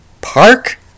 park